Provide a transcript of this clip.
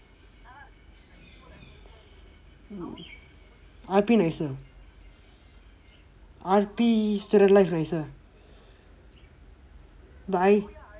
R_P nicer R_P student life nicer but